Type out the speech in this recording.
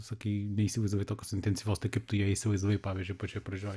sakei neįsivaizdavai tokios intensyvios tai kaip tu ją įsivaizdavai pavyzdžiui pačioj pradžioj